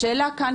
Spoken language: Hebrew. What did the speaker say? השאלה כאן,